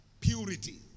purity